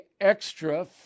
extra